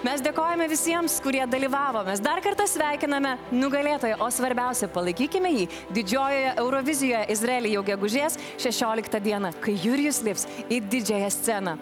mes dėkojame visiems kurie dalyvavo mes dar kartą sveikiname nugalėtoją o svarbiausia palaikykime jį didžiojoje eurovizijoje izraelyje jau gegužės šešioliktą dieną kai jurijus lips į didžiąją sceną